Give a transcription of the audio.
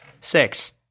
Six